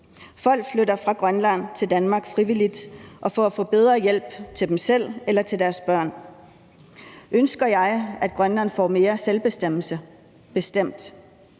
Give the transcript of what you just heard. Folk flytter fra Grønland til Danmark frivilligt og for at få bedre hjælp selv eller til deres børn. Ønsker jeg, at Grønland får mere selvbestemmelse? Bestemt!